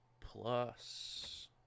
plus